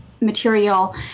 Material